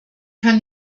kann